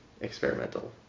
experimental